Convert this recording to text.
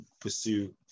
pursue